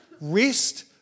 rest